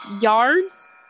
Yards